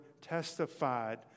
testified